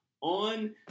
on